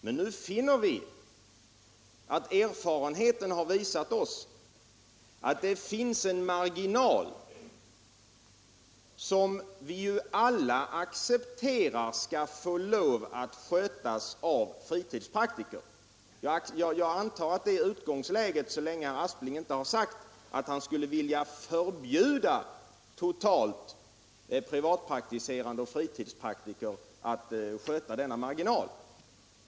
Men nu ser vi att erfarenheten visar att det finns en marginal, som vi ju alla accepterar skall få lov att skötas av fritidspraktiker. Så länge herr Aspling inte har sagt att han skulle vilja totalförbjuda privatpraktiserande och fritidspraktiker att klara denna marginal, antar jag att detta är utgångsläget.